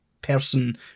person